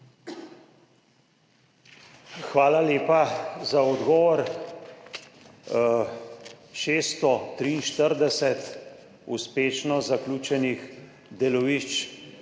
Hvala lepa za odgovor. 643 uspešno zaključenih delovišč